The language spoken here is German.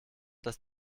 dass